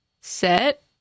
Set